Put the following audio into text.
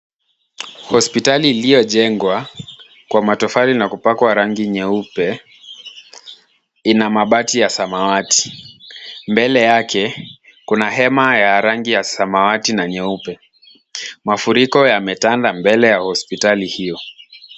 Hospitalli iliyojengwa kwa matofali na kupakwa rangi nyeupe ina mabati ya samawati. Mbele yake, kuna hema ya rangi ya samawati na nyeupe. Mafuriko yametanda mbele ya hospitali hiyo.